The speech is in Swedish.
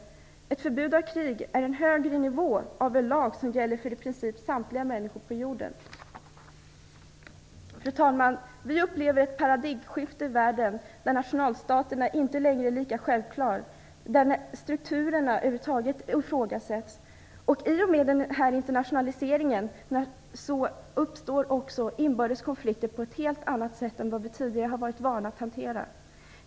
Ett förbud mot krig är en högre nivå av en lag som gäller för i princip samtliga människor på jorden. Fru talman! Vi upplever ett paradigmskifte i världen där nationalstaten inte längre är lika självklar och där strukturerna över huvud taget ifrågasätts. I och med den här internationaliseringen uppstår också inbördes konflikter på ett helt annat sätt än de vi tidigare har varit vana att hantera.